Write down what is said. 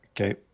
Okay